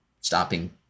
stopping